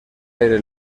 aire